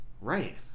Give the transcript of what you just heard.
Right